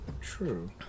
true